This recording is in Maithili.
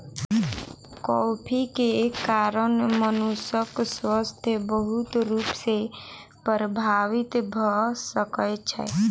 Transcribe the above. कॉफ़ी के कारण मनुषक स्वास्थ्य बहुत रूप सॅ प्रभावित भ सकै छै